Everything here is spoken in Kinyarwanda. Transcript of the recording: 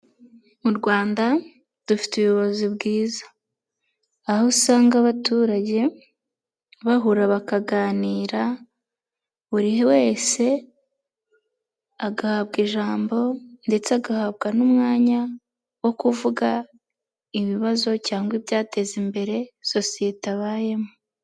Mu Rwanda dufite ubuyobozi bwiza aho usanga abaturage bahura bakaganira buri wese agahabwa ijambo ndetse agahabwa n'umwanya wo kuvuga ibibazo cyangwa ibyateza imbere sosiyete abayemo.